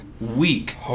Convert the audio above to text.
Week